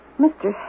Mr